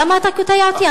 למה אתה קוטע אותי?